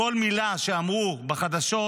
כל מילה שאמרו בחדשות